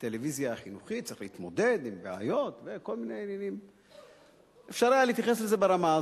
וצריך להתמודד עם בעיות ועניינים המתנהלים שם.